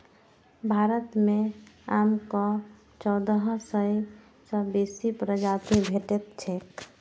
भारत मे आमक चौदह सय सं बेसी प्रजाति भेटैत छैक